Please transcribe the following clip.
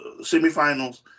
semifinals